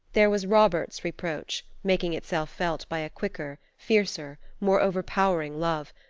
there was robert's reproach making itself felt by a quicker, fiercer, more overpowering love,